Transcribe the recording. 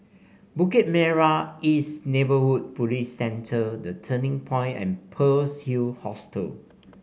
Bukit Merah East Neighbourhood Police Centre The Turning Point and Pearl's Hill Hostel